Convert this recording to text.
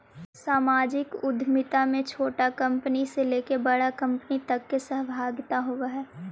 सामाजिक उद्यमिता में छोटा कंपनी से लेके बड़ा कंपनी तक के सहभागिता होवऽ हई